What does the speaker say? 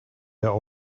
der